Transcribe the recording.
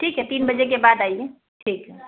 ٹھیک ہے تین بجے کے بد آئیے ٹھیک ہے